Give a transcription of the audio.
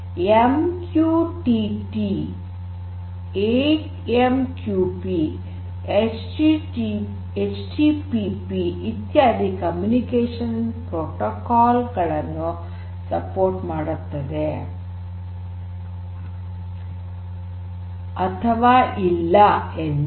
ಅಂದರೆ M Q T T A M Q P H T T P ಇತ್ಯಾದಿ communication protocol ಗಳನ್ನು ಬೆಂಬಲಿಸುತ್ತವೆ ಅಥವಾ ಇಲ್ಲ ಎಂದು